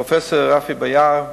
היושב-ראש, פרופסור רפי ביאר,